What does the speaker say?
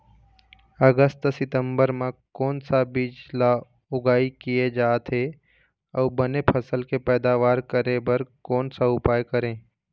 अगस्त सितंबर म कोन सा बीज ला उगाई किया जाथे, अऊ बने फसल के पैदावर करें बर कोन सा उपाय करें?